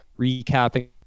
recapping